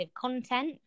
content